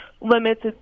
limits